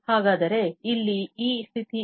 ಹಾಗಾದರೆ ಇಲ್ಲಿ ಈ ಸ್ಥಿತಿ ಏನು